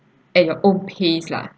at your own pace lah